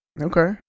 Okay